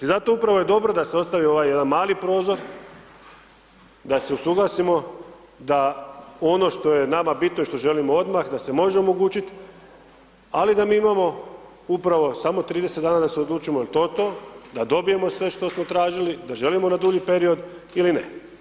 Zato upravo je dobro da se ostavi ovaj jedan mali prozor, da se usuglasimo da ono što je nama bitno i što želimo odmah da se može omogućiti, ali da mi imamo upravo samo 30 dana da se odlučimo je li to to, da dobijemo sve što smo tražili, da želimo na dulji period ili ne.